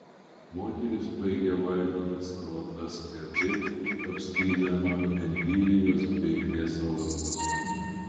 moteris baigė valgyti salotas lėtai kapstydama endivijos bei kreso lapus